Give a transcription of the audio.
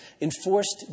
Enforced